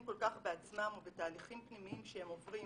כל כך בעצמם ובתהליכים פנימיים שהם עוברים,